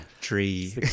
tree